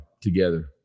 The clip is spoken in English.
together